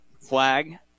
flag